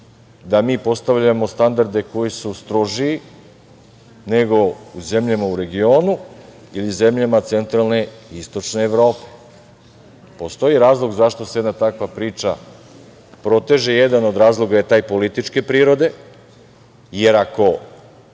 da mi postavljamo standarde koji su strožiji, nego u zemljama u regionu, ili zemljama centralne i istočne Evrope. Postoji razlog zašto se jedna takva priča proteže. Jedan od razloga je taj političke prirode, jer ako